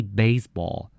baseball